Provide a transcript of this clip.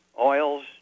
oils